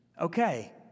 okay